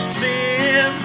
sin